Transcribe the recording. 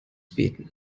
beten